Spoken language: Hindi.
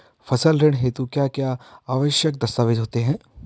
फसली ऋण हेतु क्या क्या आवश्यक दस्तावेज़ होते हैं?